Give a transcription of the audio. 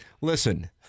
Listen